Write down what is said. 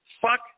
Fuck